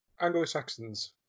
Anglo-Saxons